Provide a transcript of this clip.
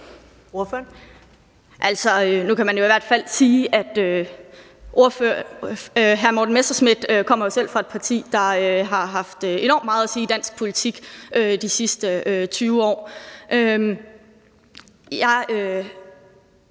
Robsøe (RV): Nu kan man i hvert fald sige, at hr. Morten Messerschmidt jo selv kommer fra et parti, der har haft enormt meget at sige i dansk politik de sidste 20 år. Jeg